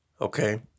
Okay